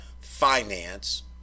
finance